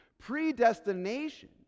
predestination